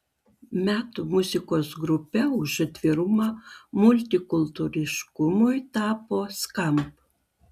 metų muzikos grupe už atvirumą multikultūriškumui tapo skamp